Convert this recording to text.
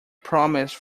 promise